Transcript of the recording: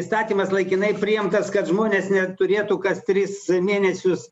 įstatymas laikinai priimtas kad žmonės turėtų kas tris mėnesius